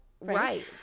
right